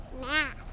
Math